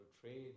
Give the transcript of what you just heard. trade